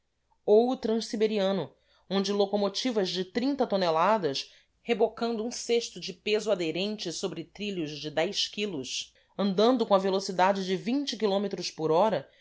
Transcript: transiberiano onde locomotivas de toneladas rebocando de peso aderente sobre trilhos de quilos andando com a velocidade de km por hora